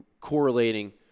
correlating